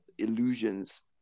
illusions